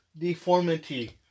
deformity